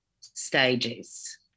stages